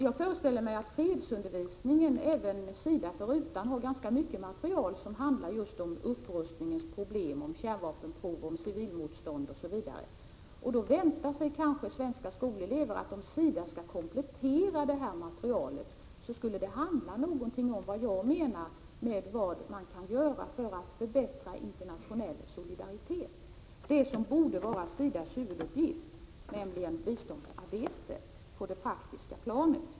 Jag föreställer mig att fredsundervisningen även SIDA förutan har ganska mycket material som handlar just om problemen med upprustningen, kärnvapenprov, civilmotstånd osv. Då väntar sig kanske svenska skolelever att om SIDA skall komplettera sitt material skulle det vara med information om vad man kan göra för att förbättra internationell solidaritet, om det som borde vara SIDA:s huvuduppgift, nämligen biståndsarbete på det praktiska planet.